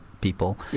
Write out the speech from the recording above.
people